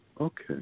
Okay